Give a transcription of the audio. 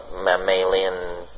mammalian